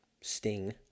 sting